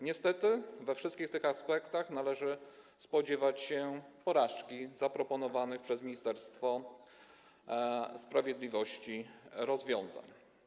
Niestety, we wszystkich tych aspektach należy spodziewać się porażki w razie wprowadzenia zaproponowanych przez Ministerstwo Sprawiedliwości rozwiązań.